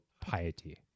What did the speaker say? piety